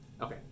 Okay